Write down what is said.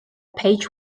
page